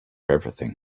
everything